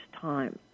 time